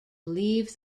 leave